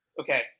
Okay